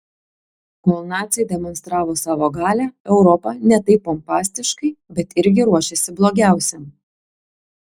kol naciai demonstravo savo galią europa ne taip pompastiškai bet irgi ruošėsi blogiausiam